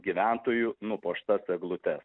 gyventojų nupuoštas eglutes